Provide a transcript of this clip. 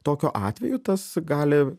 tokiu atveju tas gali